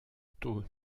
taux